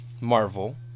Marvel